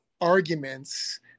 arguments